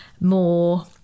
more